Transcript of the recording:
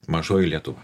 mažoji lietuva